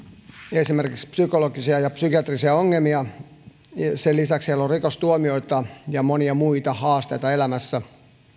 esimerkiksi psykologisia ja psykiatrisia ongelmia ja sen lisäksi heillä on rikostuomioita ja monia muita haasteita elämässä